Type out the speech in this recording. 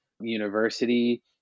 university